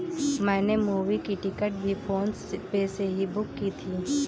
मैंने मूवी की टिकट भी फोन पे से ही बुक की थी